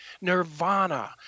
nirvana